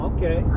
Okay